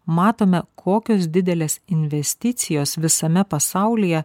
matome kokios didelės investicijos visame pasaulyje